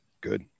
Good